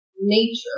nature